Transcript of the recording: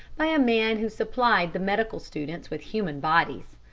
by a man who supplied the medical students with human bodies.